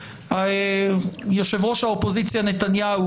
למפלגתו של יו"ר האופוזיציה במניעת החוק הזה.